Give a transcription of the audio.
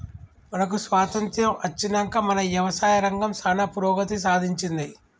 మనకు స్వాతంత్య్రం అచ్చినంక మన యవసాయ రంగం సానా పురోగతి సాధించింది